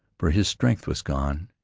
for his strength was gone,